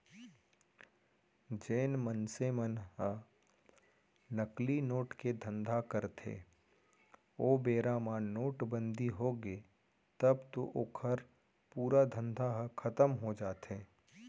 जेन मनसे मन ह नकली नोट के धंधा करथे ओ बेरा म नोटबंदी होगे तब तो ओखर पूरा धंधा ह खतम हो जाथे